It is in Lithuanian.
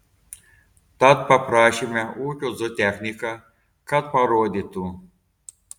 tad paprašėme ūkio zootechniką kad parodytų